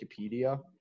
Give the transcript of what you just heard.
Wikipedia